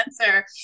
answer